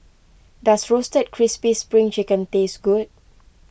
does Roasted Crispy Spring Chicken taste good